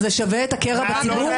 זה שווה את הקרע בציבור?